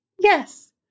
Yes